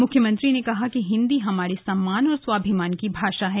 मुख्यमंत्री ने कहा कि हिन्दी हमारे सम्मान और स्वाभिमान की भाषा है